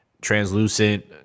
translucent